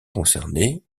concernés